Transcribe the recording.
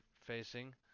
facing